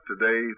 today